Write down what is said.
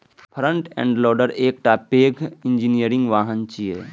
front end loader एकटा पैघ engineering वाहन छियै